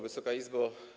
Wysoka Izbo!